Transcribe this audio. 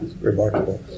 remarkable